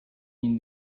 mean